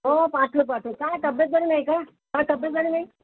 हो पाठवू पाठवू काय तब्येत बरी नाही का का तब्येत बरी नाही